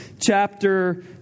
chapter